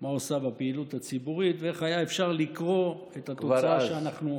מה הוא עשה בפעילות הציבורית ואיך אפשר היה לקרוא את התוצאה שאנחנו,